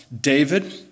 David